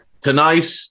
Tonight